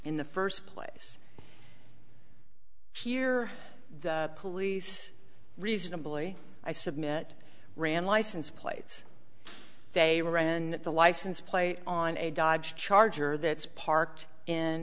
in the first place here the police reasonably i submit ran license plates they ran the license plate on a dodge charger that's parked in